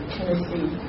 Tennessee